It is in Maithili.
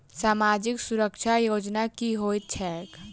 सामाजिक सुरक्षा योजना की होइत छैक?